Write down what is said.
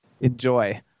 Enjoy